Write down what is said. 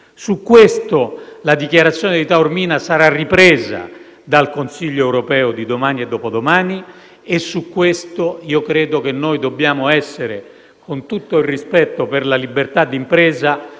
proposito, la dichiarazione di Taormina sarà ripresa dal Consiglio europeo di domani e dopodomani e credo che noi dobbiamo essere - con tutto il rispetto per la libertà d'impresa